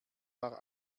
war